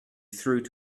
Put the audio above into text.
through